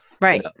right